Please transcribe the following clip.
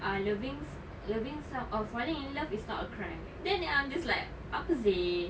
ah loving loving some falling in love is not a crime then I'm just like apa seh